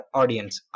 audience